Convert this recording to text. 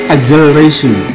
Acceleration